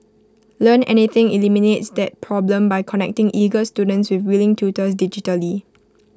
Learn Anything eliminates that problem by connecting eager students with willing tutors digitally